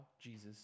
Jesus